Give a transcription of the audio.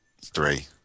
Three